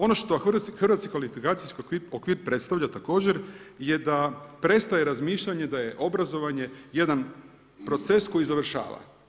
Ono što hrvatski kvalifikacijski okvir predstavlja također je da prestaje razmišljanje da je obrazovanje jedan proces koji završava.